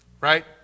right